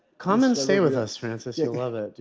come and stay with us, francis. you'll love it.